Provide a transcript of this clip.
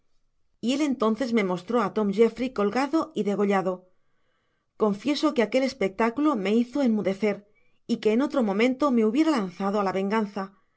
y él entonces me mostró á tom jeffry colgado y degollado confieso que aquel espectáculo me hizo enmudecer y que en otro momento me hubiera lanzado á la venganza